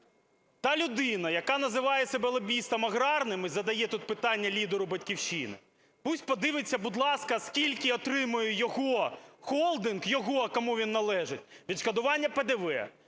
Та людина, яка називає себе лобістом аграрним і задає тут питання лідеру "Батьківщини", пусть подивиться, будь ласка, скільки отримує його холдинг, його, кому він належить, відшкодування ПДВ.